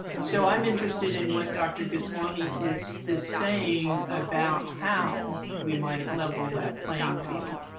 so i'm interested in what dr. goswami is is saying about how we might level that playing field.